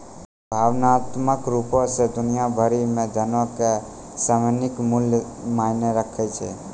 भावनात्मक रुपो से दुनिया भरि मे धनो के सामयिक मूल्य मायने राखै छै